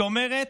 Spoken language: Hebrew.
שאומרת: